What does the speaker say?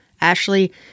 Ashley